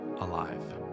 alive